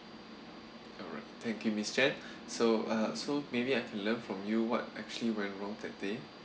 alright thank you miss jan so uh so maybe I can learn from you what actually went wrong that day